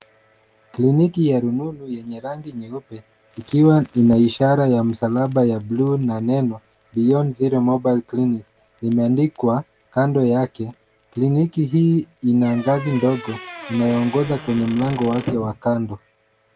Kliniki ya rununu yenye rangi nyeupe, ikiwa ina ishara ya msalaba ya bluu na neno Beyond Zero Mobile Clinic limeandikwa kando yake. Kliniki hii ina ngazi ndogo, inayoongoza kwenye mlango wake wa kando.